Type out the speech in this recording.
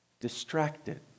distracted